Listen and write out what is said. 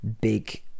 big